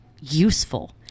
useful